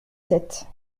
sept